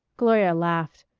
gloria laughed,